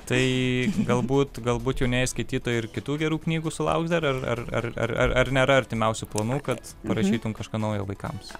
tai galbūt galbūt jaunieji skaitytojai ir kitų gerų knygų sulauks dar ar ar ar ar nėra artimiausių planų kad parašytum kažką naujo vaikams